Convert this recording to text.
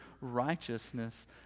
righteousness